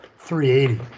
380